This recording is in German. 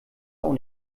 auch